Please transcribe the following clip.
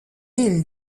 île